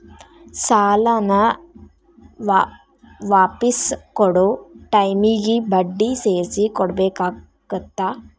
ಸಾಲಾನ ವಾಪಿಸ್ ಕೊಡೊ ಟೈಮಿಗಿ ಬಡ್ಡಿ ಸೇರ್ಸಿ ಕೊಡಬೇಕಾಗತ್ತಾ